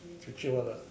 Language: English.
cheap cheap one ah